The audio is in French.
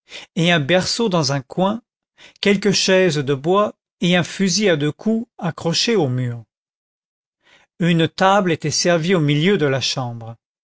et un berceau dans un coin quelques chaises de bois et un fusil à deux coups accroché au mur une table était servie au milieu de la chambre